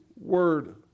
word